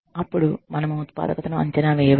అప్పుడు మనము ఉత్పాదకతను అంచనా వేయవచ్చు